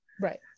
right